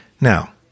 Now